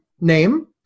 name